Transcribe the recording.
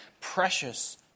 Precious